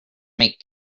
make